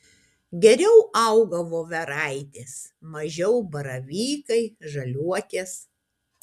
geriau auga voveraitės mažiau baravykai žaliuokės